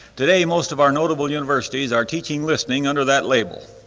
today most of our notable universities are teaching listening under that label.